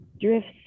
drifts